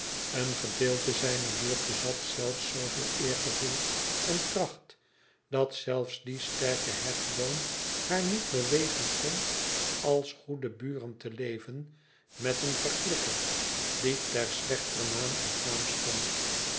een gedeelte zijner buurt bezat zelfs zooveel eergevoel en kracht dat zelfs die sterke hefboom haar niet bewegen kon als goede buren te leven met een verklikker die ter slechter naam en faam stond